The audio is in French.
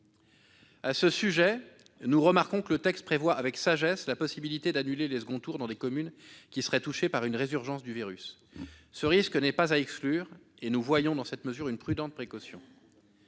À ce sujet, nous remarquons que le texte vise à prévoir avec sagesse la possibilité d'annuler le second tour dans des communes qui seraient touchées par une résurgence du virus. Ce risque n'est pas à exclure et nous voyons dans cette mesure une prudente précaution.